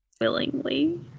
Willingly